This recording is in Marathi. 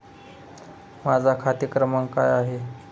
माझा खाते क्रमांक काय आहे?